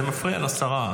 זה מפריע לשרה,